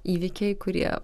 įvykiai kurie